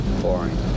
Boring